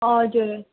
हजुर